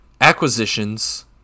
acquisitions